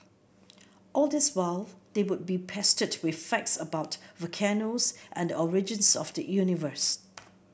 all this while they would be pestered with facts about volcanoes and the origins of the universe